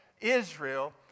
Israel